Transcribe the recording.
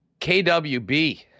KWB